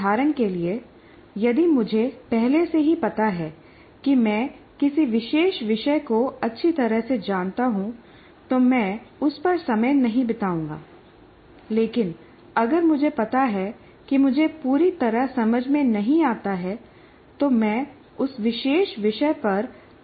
उदाहरण के लिए यदि मुझे पहले से ही पता है कि मैं किसी विशेष विषय को अच्छी तरह से जानता हूं तो मैं उस पर समय नहीं बिताऊंगा लेकिन अगर मुझे पता है कि मुझे पूरी तरह समझ में नहीं आता है तो मैं उस विशेष विषय पर अधिक समय बिताऊंगा